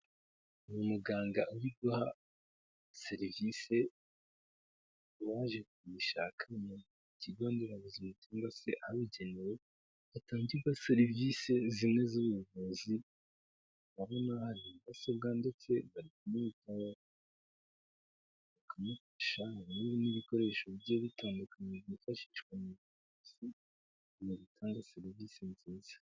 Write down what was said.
Ni umuganga uri guha serivisi uwaje kuyishaka haba ku kigo nderabuzima cyangwa se ahabugenewe hatangirwa serivisi zimwe z'ubuvuzi, haba hari ubufasha asabwa ndetse bari kumwitaho bakamufasha harimo n'ibindi bikoresho bigiye bitandukanye byifashishwa mu buvuzi mu gutanga serivisi nziza.